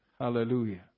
Hallelujah